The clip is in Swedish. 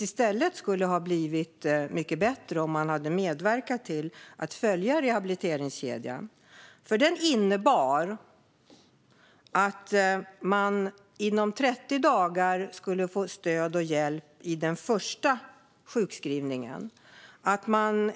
Det skulle ha varit mycket bättre om de hade medverkat till att följa rehabiliteringskedjan, för den innebar att den sjukskrivna under den första sjukskrivningen skulle få stöd och hjälp inom 30 dagar.